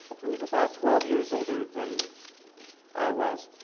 who was about twelve years older than i was,